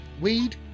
weed